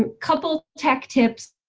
ah couple tech tips.